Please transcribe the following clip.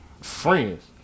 friends